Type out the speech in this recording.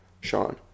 Sean